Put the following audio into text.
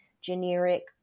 generic